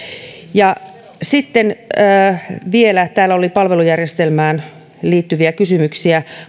ja sitten täällä oli vielä palvelujärjestelmään liittyviä kysymyksiä